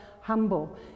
humble